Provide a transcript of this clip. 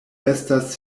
estas